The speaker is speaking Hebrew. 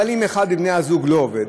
אבל אם אחד מבני הזוג לא עובד,